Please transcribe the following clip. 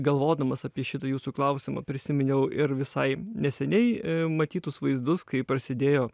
galvodamas apie šitą jūsų klausimą prisiminiau ir visai neseniai matytus vaizdus kai prasidėjo